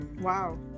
wow